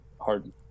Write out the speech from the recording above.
hard